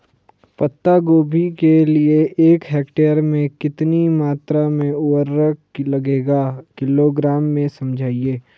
पत्ता गोभी के लिए एक हेक्टेयर में कितनी मात्रा में उर्वरक लगेगा किलोग्राम में समझाइए?